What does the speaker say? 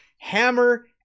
hammer